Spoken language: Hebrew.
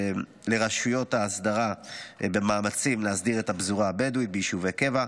לרשויות ההסדרה במאמצים להסדיר את הפזורה הבדואית ביישובי קבע,